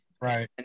Right